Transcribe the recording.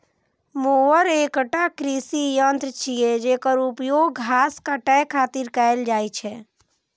mower एकटा कृषि यंत्र छियै, जेकर उपयोग घास काटै खातिर कैल जाइ छै